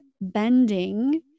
bending